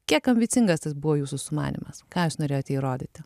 kiek ambicingas tas buvo jūsų sumanymas ką jūs norėjote įrodyti